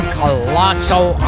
colossal